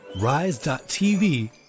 rise.tv